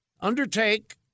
Undertake